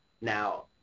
Now